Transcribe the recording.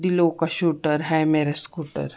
दिलोका shooter है मेरा scooter